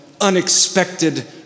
unexpected